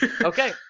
Okay